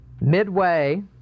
Midway